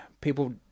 people